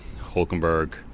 Hulkenberg